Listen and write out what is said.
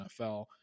NFL